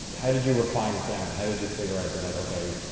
how did you refine it down? how did you figure out that like okay,